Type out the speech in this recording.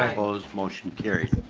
opposed? motion carries.